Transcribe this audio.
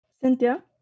Cynthia